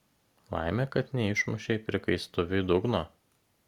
laimė kad neišmušei prikaistuviui dugno